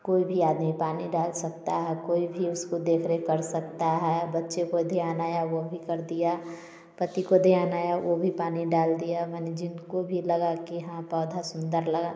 कोई भी आदमी पानी डाल सकता है कोई भी उसको देख रेख कर सकता है बच्चे को ध्यान आया वो भी कर दिया पति को ध्यान आया वो भी पानी डाल दिया मने जिनको भी लगा कि हाँ पौधा सुन्दर लगा